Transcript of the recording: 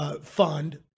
fund